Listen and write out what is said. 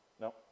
No